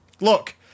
Look